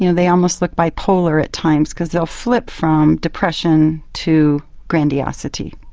you know they almost look bipolar at times because they will flip from depression to grandiosity.